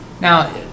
Now